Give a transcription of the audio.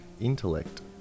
intellect